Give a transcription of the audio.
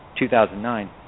2009